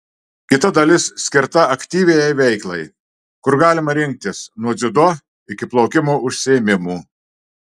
kita dalis skirta aktyviajai veiklai kur galima rinktis nuo dziudo iki plaukimo užsiėmimų